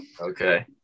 Okay